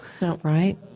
right